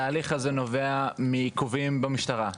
התהליך הזה נובע מעיכובים במשטרה,